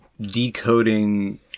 decoding